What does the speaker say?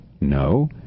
No